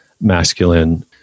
masculine